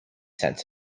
sense